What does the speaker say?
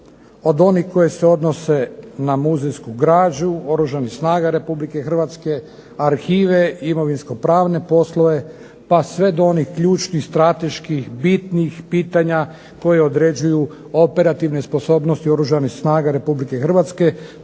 Od onih koje se odnose na muzejsku građu Oružanih snaga RH, arhive, imovinsko-pravne poslove pa sve do onih ključnih strateških, bitnih pitanja koje određuju operativne sposobnosti Oružanih snaga RH